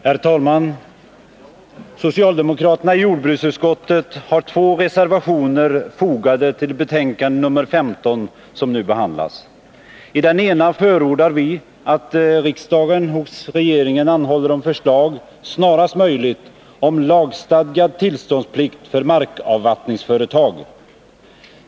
Herr talman! Socialdemokraterna i jordbruksutskottet har två reservationer fogade till betänkande nr 15 som nu behandlas. I den ena förordar vi att riksdagen hos regeringen anhåller om förslag snarast möjligt om lagstadgad tillståndsplikt för markavvattningsföretag.